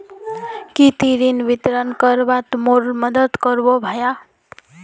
की ती ऋण विवरण दखवात मोर मदद करबो भाया